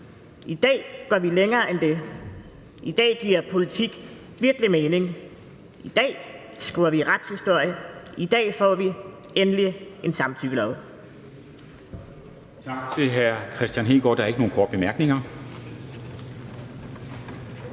I dag går vi længere end det. I dag giver vi politik virkelig mening, i dag skriver vi retshistorie, i dag får vi endelig en samtykkelov.